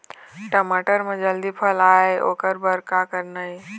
टमाटर म जल्दी फल आय ओकर बर का करना ये?